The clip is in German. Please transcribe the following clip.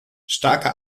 starke